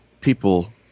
people